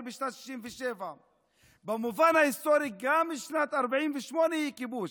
בשנת 67'. במובן ההיסטורי גם שנת 48' היא כיבוש.